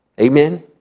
Amen